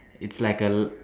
is like a l~